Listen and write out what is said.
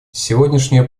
сегодняшнее